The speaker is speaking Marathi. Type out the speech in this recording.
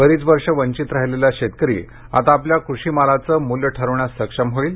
बरीच वर्षे वंचित राहिलेला शेतकरी आता आपल्या कृषीमालाचं मूल्य ठरवण्यास सक्षम होईल